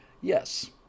Yes